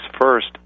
first